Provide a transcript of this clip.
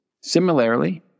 Similarly